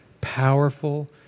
powerful